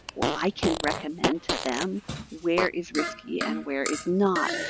or i can recommend to them where is risky and where is not,